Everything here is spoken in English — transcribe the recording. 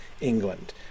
England